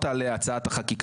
תעלה הצעת החקיקה